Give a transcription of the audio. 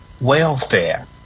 welfare